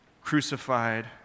crucified